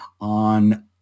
on